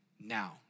Now